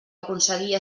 aconseguir